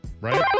right